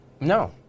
No